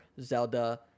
Zelda